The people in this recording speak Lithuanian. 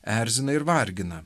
erzina ir vargina